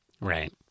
Right